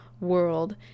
world